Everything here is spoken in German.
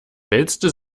wälzte